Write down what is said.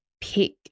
pick